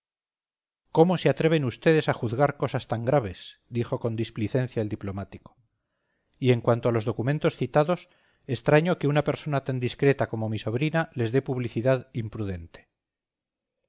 cómo se atreven ustedes a juzgar cosas tan graves dijo con displicencia el diplomático y en cuanto a los documentos citados extraño que una persona tan discreta como mi sobrina les dé publicidad imprudente